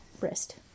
wrist